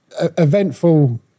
eventful